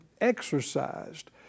exercised